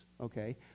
okay